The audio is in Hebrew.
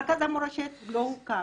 מרכז המורשת לא הוקם,